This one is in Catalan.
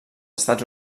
estats